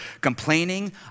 complaining